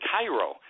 Cairo